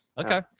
okay